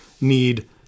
need